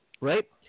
right